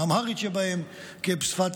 האמהרית שבהם כשפת